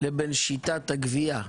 לבין שיטת הגבייה.